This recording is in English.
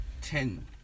ten